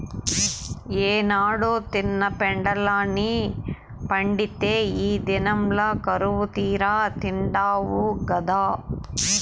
ఏనాడో తిన్న పెండలాన్ని పండిత్తే ఈ దినంల కరువుతీరా తిండావు గదా